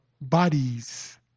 bodies